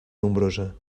nombrosa